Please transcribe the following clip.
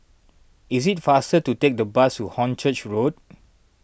is it faster to take the bus to Hornchurch Road